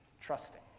trusting